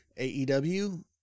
AEW